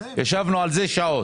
ישבנו על זה שעות.